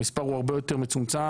המספר הוא הרבה יותר מצומצם,